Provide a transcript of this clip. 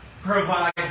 provides